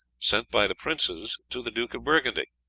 sent by the princes to the duke of burgundy,